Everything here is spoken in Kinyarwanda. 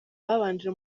babanje